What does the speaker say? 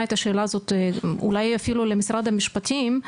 את השאלה הזאת אולי אפילו למשרד המשפטים.